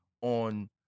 on